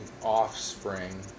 offspring